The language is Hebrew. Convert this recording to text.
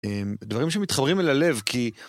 דברים שמתחברים אל הלב כי...